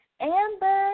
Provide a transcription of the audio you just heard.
Amber